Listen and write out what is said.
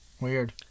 Weird